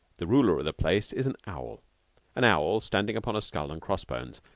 the ruler of the place is an owl an owl standing upon a skull and cross-bones,